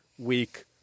weak